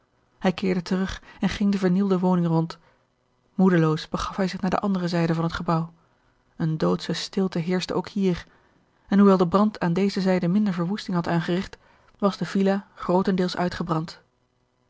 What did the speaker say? hij keerde terug en ging de vernielde woning rond moedeloos begaf hij zich naar de andere zijde van het gebouw eene doodsche stilte heerschte ook hier en hoewel de brand aan deze zijde minder verwoesting had aangerigt was de villa grootendeels uitgebrand